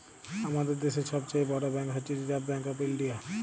আমাদের দ্যাশের ছব চাঁয়ে বড় ব্যাংক হছে রিসার্ভ ব্যাংক অফ ইলডিয়া